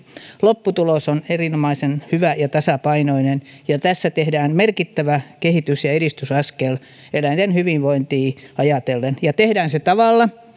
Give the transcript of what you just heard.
lopputulos on erinomaisen hyvä ja tasapainoinen tässä otetaan merkittävä kehitys ja edistysaskel eläinten hyvinvointia ajatellen ja se tehdään tavalla